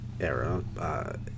era